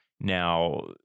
Now